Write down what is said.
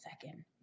second